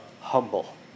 humble